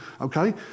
Okay